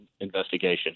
investigation